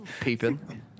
Peeping